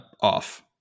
off